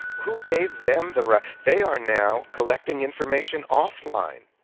who gave them the they are now collecting information off-line.